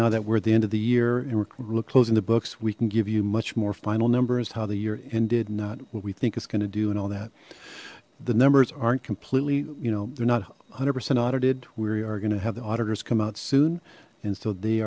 now that we're at the end of the year and we're closing the books we can give you much more final numbers how the year end did not what we think is going to do and all that the numbers aren't completely you know they're not one hundred percent audited we are gonna have the auditors come out soon and so they